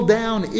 down